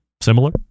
similar